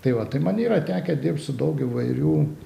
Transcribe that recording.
tai va tai man yra tekę dirbt su daug įvairių